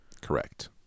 Correct